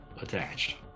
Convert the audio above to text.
attached